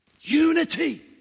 Unity